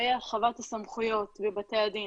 לגבי הרחבת הסמכויות בבתי הדין.